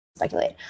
Speculate